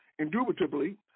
Indubitably